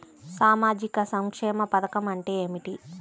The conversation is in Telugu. సామాజిక సంక్షేమ పథకం అంటే ఏమిటి?